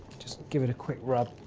just give it a quick rub.